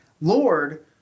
Lord